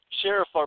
Sheriff